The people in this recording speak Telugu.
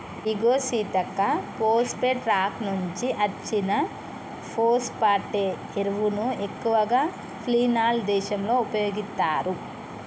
ఇగో సీతక్క పోస్ఫేటే రాక్ నుంచి అచ్చిన ఫోస్పటే ఎరువును ఎక్కువగా ఫిన్లాండ్ దేశంలో ఉపయోగిత్తారు